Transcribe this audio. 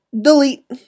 Delete